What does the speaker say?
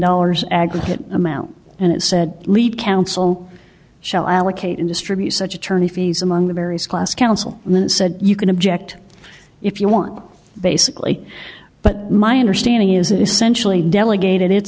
dollars aggregate amount and it said lead counsel shall allocate in distribute such attorney fees among the various class counsel and then said you can object if you want basically but my understanding is it essentially delegated